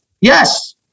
Yes